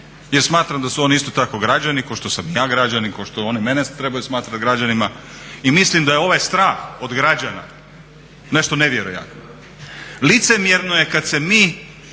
jer smatram da su oni isto tako građani kao što sam i ja građanin i kao što oni mene trebaju smatrati građaninom. I mislim da je ovaj strah od građana nešto nevjerojatno. Licemjerno je kad se mi